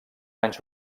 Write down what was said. anys